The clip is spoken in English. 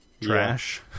trash